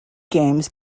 games